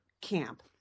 camp